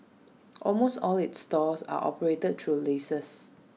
almost all its stores are operated through leases